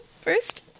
first